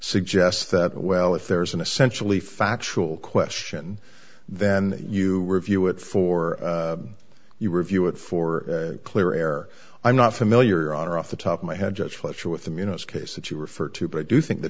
suggests that well if there's an essentially factual question then you review it for you review it for clear air i'm not familiar on or off the top of my head judge fletcher with them you know it's case that you refer to but i do think the